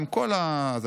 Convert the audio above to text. עם כל זה,